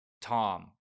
Tom